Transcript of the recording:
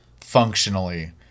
functionally